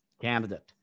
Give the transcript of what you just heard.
candidate